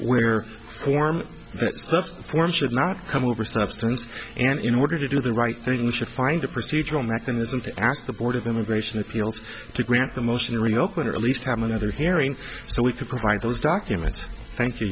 where form that's form should not come over substance and in order to do the right things should find a procedural mechanism to ask the board of immigration appeals to grant the motion real quick at least have another hearing so we could provide those documents thank you